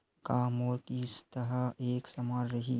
का मोर किस्त ह एक समान रही?